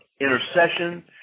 intercession